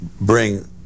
bring